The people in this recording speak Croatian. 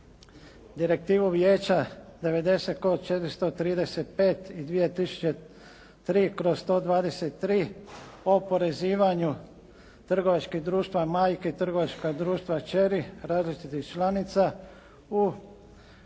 Direktivu Vijeća 90/435 i 2003/123 o oporezivanju trgovačkih društava majke i trgovačka društva kćeri različitih članica u